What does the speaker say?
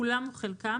כולם או חלקם,